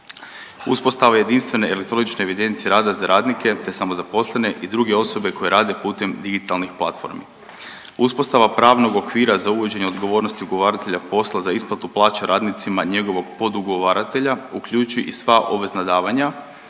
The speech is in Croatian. Uspostava jedinstvene elektroničke evidencije rada za radnike te samozaposlene i druge osobe koje rade putem digitalnih platformi. Uspostava pravnog okvira za uvođenje odgovornosti ugovaratelja posla za isplatu plaća radnicima i njegovog podugovaratelja, uključi i sva obvezna davanja,